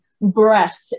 breath